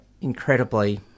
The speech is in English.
incredibly